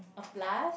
a plus